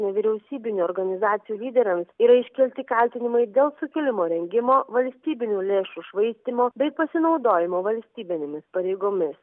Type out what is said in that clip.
nevyriausybinių organizacijų lyderiams yra iškelti kaltinimai dėl sukilimo rengimo valstybinių lėšų švaistymo bei pasinaudojimo valstybinėmis pareigomis